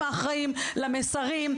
הם האחראים למסרים,